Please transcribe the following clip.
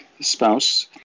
spouse